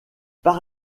par